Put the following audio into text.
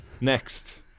Next